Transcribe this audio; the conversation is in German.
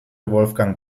wolfgang